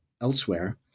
elsewhere